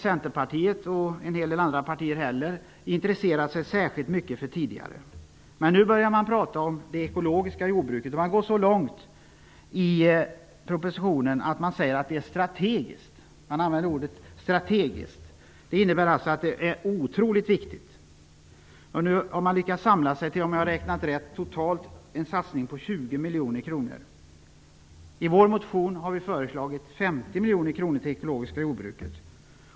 Centerpartiet och en hel del andra partier har inte intresserat sig särskilt mycket för det tidigare. Nu börjar man dock prata om det ekologiska jordbruket. Man går så långt i propositionen att man säger att det är strategiskt. Att man använder ordet ''strategiskt'' innebär att det är otroligt viktigt. Nu har man lyckats samla sig till en satsning på totalt -- om jag har räknat rätt -- 20 miljoner kronor. I vår motion har vi föreslagit 50 miljoner kronor till det ekologiska jordbruket.